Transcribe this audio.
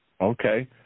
Okay